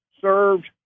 served